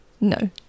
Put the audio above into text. No